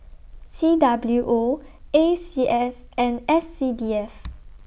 C W O A C S and S C D F